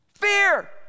Fear